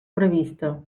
prevista